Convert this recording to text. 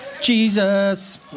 Jesus